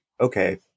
okay